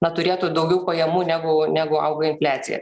na turėtų daugiau pajamų negu negu auga infliacija